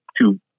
two